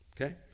Okay